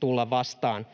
tulla vastaan